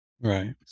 Right